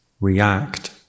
react